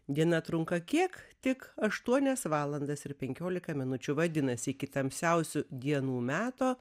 diena trunka kiek tik aštuonias valandas ir penkiolika minučių vadinasi iki tamsiausių dienų meto